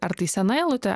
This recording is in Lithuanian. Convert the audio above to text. ar tai sena eilutė